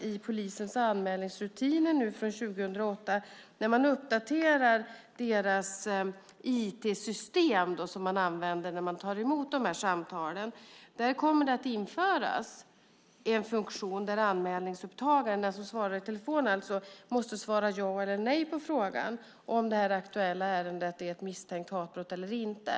I polisens anmälningsrutiner från 2008 uppdaterar man det IT-system som man använder när man tar emot samtalen och då kommer det att införas en funktion där anmälningsupptagaren, alltså den som svarar i telefon, måste svara ja eller nej på frågan om det aktuella ärendet är ett misstänkt hatbrott eller inte.